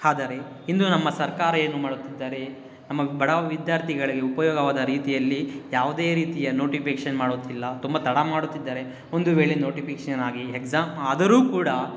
ಆದರೆ ಇಂದು ನಮ್ಮ ಸರ್ಕಾರ ಏನು ಮಾಡುತ್ತಿದ್ದಾರೆ ನಮ್ಮ ವ್ ಬಡ ವಿದ್ಯಾರ್ಥಿಗಳ ಉಪಯೋಗವಾದ ರೀತಿಯಲ್ಲಿ ಯಾವುದೇ ರೀತಿಯ ನೋಟಿಪೇಕ್ಶನ್ ಮಾಡುತ್ತಿಲ್ಲ ತುಂಬ ತಡ ಮಾಡುತ್ತಿದ್ದಾರೆ ಒಂದು ವೇಳೆ ನೋಟಿಪೇಕ್ಶನ್ ಆಗಿ ಎಕ್ಸಾಮ್ ಆದರೂ ಕೂಡ